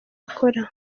akora